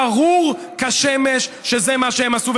ברור כשמש שזה מה שהם עשו.